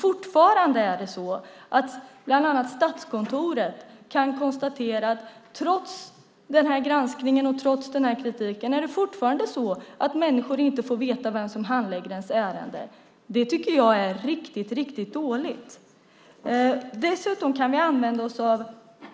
Fortfarande kan Statskontoret konstatera att trots granskningen och kritiken får människor fortfarande inte veta vem som handlägger deras ärende. Det tycker jag är riktigt, riktigt dåligt.